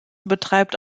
betreibt